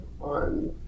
on